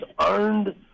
earned